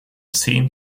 zehn